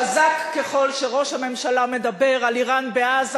חזק ככל שראש הממשלה מדבר על אירן בעזה,